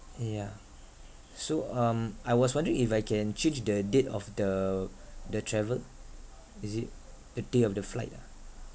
yeah so um I was wondering if I can change the date of the the travel is it the day of the flight ah